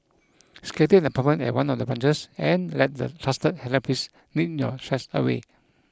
schedule an appointment at one of the branches and let the trusted therapists knead your stress away